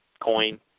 coin